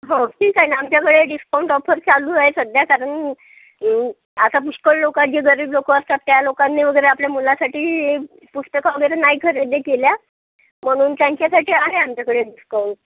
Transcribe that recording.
हो ठीक आहे ना आमच्याकडे डिस्काउंट ऑफर चालू आहे सध्या कारण आता पुष्कळ लोकं जी गरीब लोकं असतात त्या लोकांनी वगैरे आपल्या मुलासाठी पुस्तकं वगैरे नाही खरेदी केली म्हणून त्यांच्यासाठी आहे आमच्याकडे डिस्काउंट